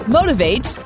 Motivate